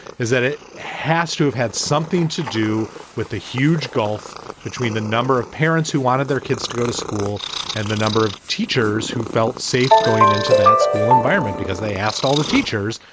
is that it has to have had something to do with the huge gulf between the number of parents who wanted their kids to go to school and the number of teachers who felt safe going into that school environment because they asked all the teachers,